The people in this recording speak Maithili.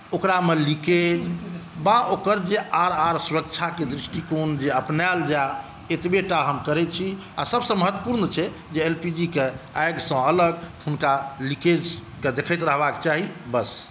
ओकरामे लीकेज वा ओकर जे आर आर सुरक्षाके जे दृष्टिकोण जे अपनायल जाए एतबेटा हम करै छी आओर सभसँ महत्वपुर्ण छै जे एलपीजीके आगिसँ अलग हुनका लीकेजके देखैत रहबाकेँ चाही बस